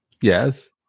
Yes